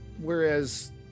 Whereas